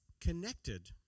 connected